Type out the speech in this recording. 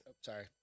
Sorry